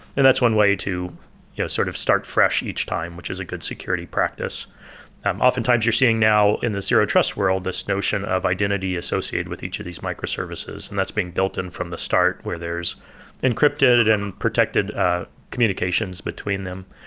and that's one way to you know sort of start fresh each time, which is a good security practice oftentimes, you're seeing now in the zero-trust world this notion of identity associated with each of these microservices, and that's being built in from the start where there's encrypted and protected communications between them.